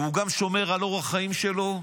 והוא גם שומר על אורח החיים שלו.